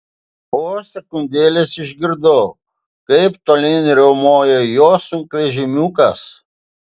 po sekundėlės išgirdau kaip tolyn riaumoja jo sunkvežimiukas